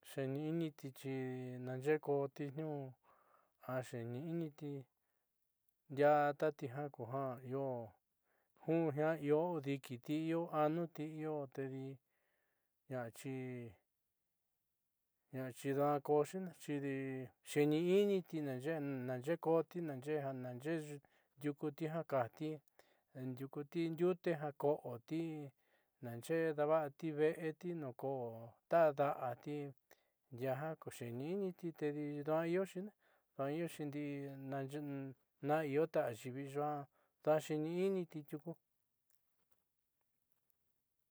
Xheni initi xhí nachekoti ño'o, acheni initi ya'a tatia kojan ihó jun jan ihó kodiki ti'ó ano ti ndió edii, na chí na chí dakoxhina xhindii xheni initi chenayo'o, ña nankoti xhinayé jananye'u yukuni ña katí, ne yukuti nrute jakoti nanche ndavati vée, veeti no'o tadati ya'a kuxhenini titedayoxina nayoxhini nayun nayota yivii yu'a tá xhi niniti yuku.